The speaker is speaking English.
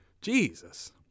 Jesus